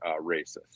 racist